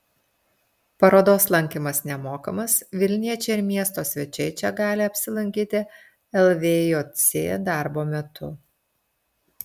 parodos lankymas nemokamas vilniečiai ir miesto svečiai čia gali apsilankyti lvjc darbo metu